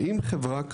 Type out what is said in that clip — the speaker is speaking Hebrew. האם חברה כזאת,